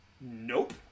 nope